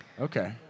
Okay